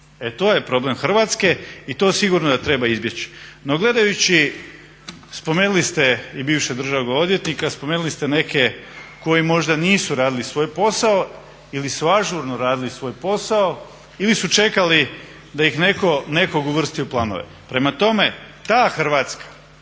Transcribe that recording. E to je problem Hrvatske i to sigurno da treba izbjeći. No, gledajući spomenuli ste i bivšeg državnog odvjetnika, spomenuli ste neke koji možda nisu radili svoj posao ili su ažurno radili svoj posao ili su čekali da ih netko uvrsti u planove. Prema tome, ta Hrvatska